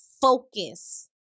focus